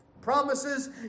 promises